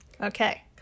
Okay